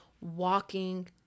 walking